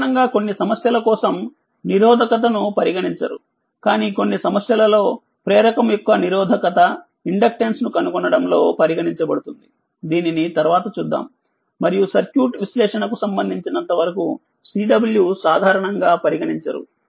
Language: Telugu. సాధారణంగా కొన్ని సమస్యల కోసం నిరోధకతను పరిగణించరు కానీ కొన్ని సమస్యలలో ప్రేరకం యొక్క నిరోధకత ఇండక్టెన్స్ను కనుగొనడం లో పరిగణించబడుతుంది దీనిని తర్వాత చూద్దాము మరియు సర్క్యూట్ విశ్లేషణకు సంబంధించినంతవరకు Cw సాధారణంగా పరిగణించరు